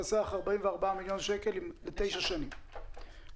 חסרים 44 מיליון שקל לשנה לתשע שנים וחסרים